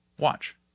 Watch